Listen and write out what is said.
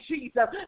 Jesus